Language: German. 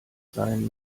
seien